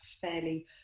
fairly